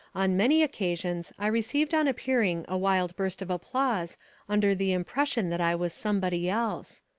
on many occasions i received on appearing a wild burst of applause under the impression that i was somebody else.